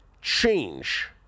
change